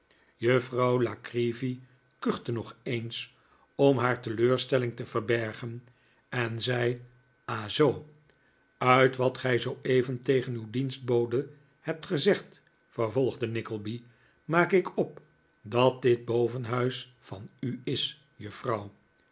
juffrouw la creevy kuchte nog eens om haar teleurstelling te verbergen en zei ah zoo uit wat gij zooeven tegen uw dienstbode hebt gezegd vervolgde nickleby maak ik op dat dit bovenhuis van u is juffrouw